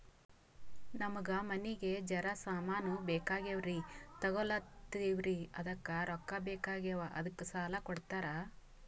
ನಮಗ ಮನಿಗಿ ಜರ ಸಾಮಾನ ಬೇಕಾಗ್ಯಾವ್ರೀ ತೊಗೊಲತ್ತೀವ್ರಿ ಅದಕ್ಕ ರೊಕ್ಕ ಬೆಕಾಗ್ಯಾವ ಅದಕ್ಕ ಸಾಲ ಕೊಡ್ತಾರ?